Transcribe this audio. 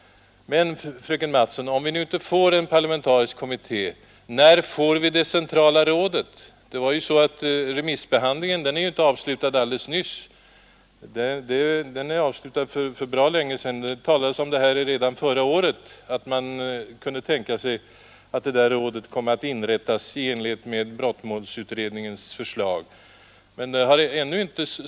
Men, fröken Mattson, om vi inte får en parlamentarisk kommitté, när får vi det centrala rådet? Remissbehandlingen är ju inte avslutad alldeles nyss. Den är avslutad för bra länge sedan. Det talades om redan förra året att man kunde tänka sig att rådet kom att inrättas i enlighet med brottmålsutredningens förslag.